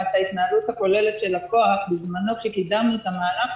את ההתנהלות הכוללת של לקוח בזמנו כאשר קידמנו את המהלך,